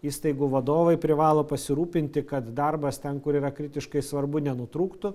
įstaigų vadovai privalo pasirūpinti kad darbas ten kur yra kritiškai svarbu nenutrūktų